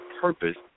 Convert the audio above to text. purpose